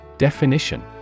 Definition